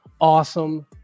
awesome